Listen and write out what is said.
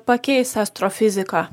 pakeis astrofiziką